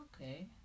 okay